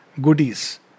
goodies